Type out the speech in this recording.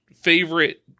favorite